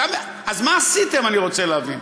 אז מה עשיתם, אני רוצה להבין.